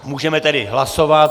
Můžeme tedy hlasovat.